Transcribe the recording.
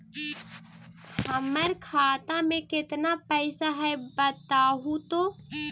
हमर खाता में केतना पैसा है बतहू तो?